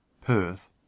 Perth